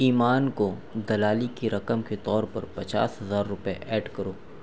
ایمان کو دلالی کی رقم کے طور پر پچاس ہزار روپے ایڈ کرو